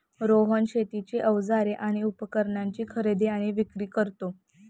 रोहन शेतीची अवजारे आणि उपकरणाची खरेदी आणि विक्री करतो